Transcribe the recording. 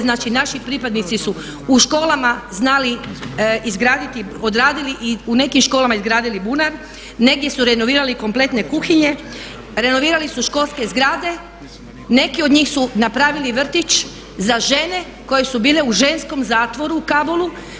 Znači naši pripadnici su u školama znali izgraditi, odradili i u nekim školama izgradili bunar, negdje su renovirali kompletne kuhinje, renovirali su školske zgrade, neki od njih su napravili vrtić za žene koje su bile u ženskom zatvoru u Kabulu.